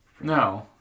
No